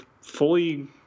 fully